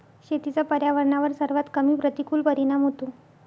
शेतीचा पर्यावरणावर सर्वात कमी प्रतिकूल परिणाम होतो